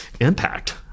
impact